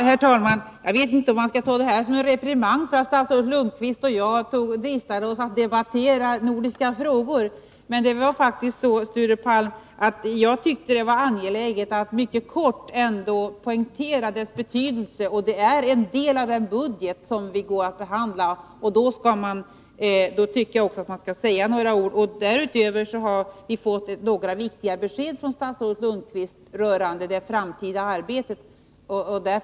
Herr talman! Jag vet inte om jag skall ta detta som en reprimand för att statsrådet Lundkvist och jag dristade oss att debattera nordiska frågor. Men det var faktiskt så, Sture Palm, att jag ändå tyckte att det var angeläget att mycket kort poängtera dessa frågors betydelse. Det gäller en del av den budget som vi går att behandla, och då tycker jag också att man skall säga några ord. Därutöver har vi fått några viktiga besked av statsrådet Lundkvist rörande det framtida arbetet.